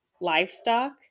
livestock